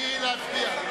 מי נמנע?